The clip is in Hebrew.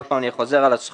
עוד פעם אני חוזר על הסכום,